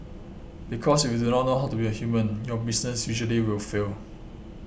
because if you do not know how to be a human your business usually will fail